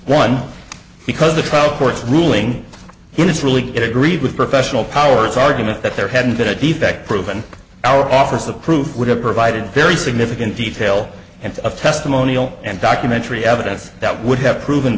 one because the trial court's ruling here is really it agreed with professional powers argument that there hadn't been a defect proven our office the proof would have provided very significant detail and a testimonial and documentary evidence that would have proven